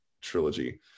trilogy